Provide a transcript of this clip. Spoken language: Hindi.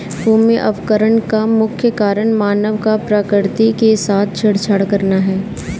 भूमि अवकरण का मुख्य कारण मानव का प्रकृति के साथ छेड़छाड़ करना है